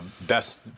Best